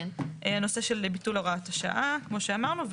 הנושא של ביטול הוראת השעה כמו שאמרנו,